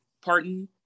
Pardon